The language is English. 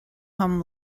hum